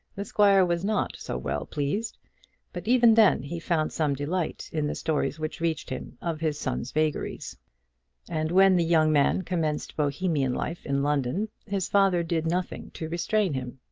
the squire was not so well pleased but even then he found some delight in the stories which reached him of his son's vagaries and when the young man commenced bohemian life in london, his father did nothing to restrain him.